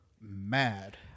mad